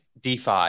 DeFi